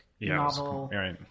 Novel